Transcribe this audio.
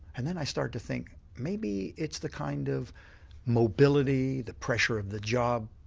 and then i started to think maybe it's the kind of mobility, the pressure of the job,